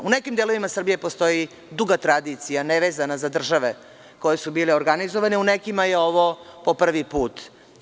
U nekim delovima Srbije postoji duga tradicija, nevezana za države koje su bile organizovane, a nekima je ovo po prvi put.